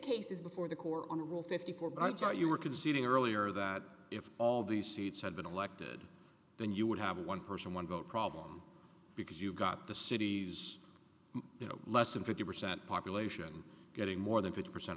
case is before the court on rule fifty four by john you were conceding earlier that if all the seats had been elected then you would have a one person one vote problem because you've got the city you know less than fifty percent population getting more than fifty percent